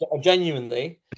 genuinely